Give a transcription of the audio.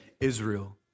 Israel